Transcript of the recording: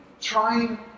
trying